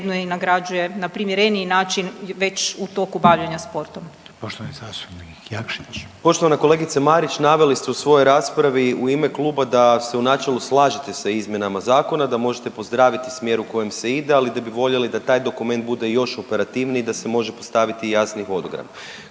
i nagrađuje na primjereniji način već u toku bavljenja sportom. **Reiner, Željko (HDZ)** Poštovani zastupnik Jakšić. **Jakšić, Mišel (SDP)** Poštovana kolegice Marić, naveli ste u svojoj raspravi u ime kluba da se u načelu slažete s izmjenama zakona, da možete pozdraviti smjer u kojem se ide, ali da bi voljeli da taj dokument bude još operativniji i da se može postaviti jasni hodogram.